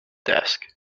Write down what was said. desk